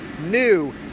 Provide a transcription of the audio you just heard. new